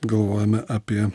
galvojame apie